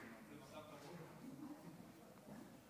מיכאלי, תעודדי